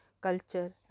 culture